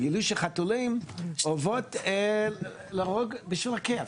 גילו שחתולים אוהבים להרוג בשביל הכיף.